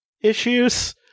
issues